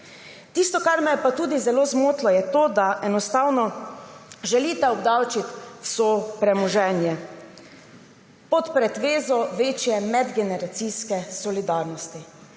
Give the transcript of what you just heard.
Tisto, kar me je pa tudi zelo zmotilo, je pa to, da enostavno želite obdavčiti vso premoženje pod pretvezo večje medgeneracijske solidarnosti.